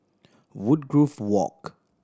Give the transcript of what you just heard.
Woodgrove Walk